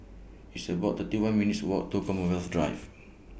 It's about thirty one minutes' Walk to Commonwealth Drive